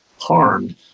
harmed